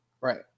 right